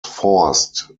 forced